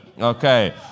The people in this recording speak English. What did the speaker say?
Okay